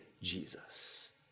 Jesus